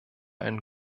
einen